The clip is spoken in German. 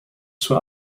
zur